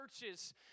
churches